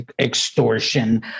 extortion